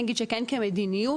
אני אגיד שכן כמדיניות,